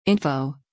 Info